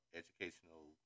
educational